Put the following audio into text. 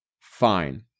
fine